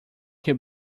he’ll